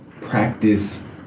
practice